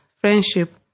friendship